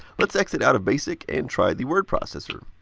let's exit out of basic and try the word processor.